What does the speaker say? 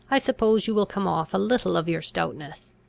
i suppose you will come off a little of your stoutness.